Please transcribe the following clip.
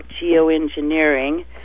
geoengineering